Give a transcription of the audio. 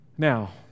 Now